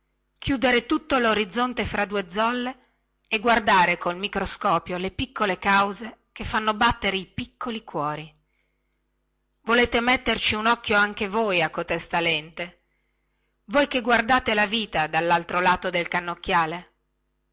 chiudere tutto lorizzonte fra due zolle e guardare col microscopio le piccole cause che fanno battere i piccoli cuori volete metterci un occhio anche voi a cotesta lente voi che guardate la vita dallaltro lato del cannocchiale